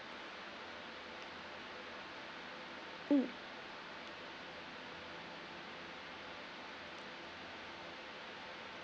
mm